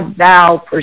thou